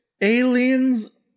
aliens